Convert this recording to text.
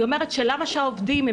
היא אומרת: למה שהעובדים יגיעו?